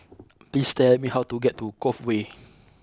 please tell me how to get to Cove Way